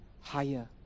higher